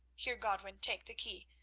here, godwin, take the key,